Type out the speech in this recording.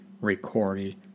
recorded